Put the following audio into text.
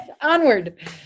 Onward